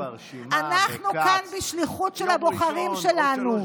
אנחנו כאן בשליחות של הבוחרים שלנו.